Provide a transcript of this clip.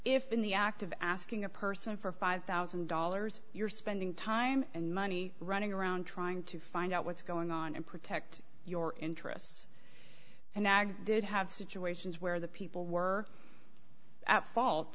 if in the act of asking a person for five thousand dollars you're spending time and money running around trying to find out what's going on and protect your interests and ag did have situations where the people were at fault